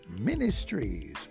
Ministries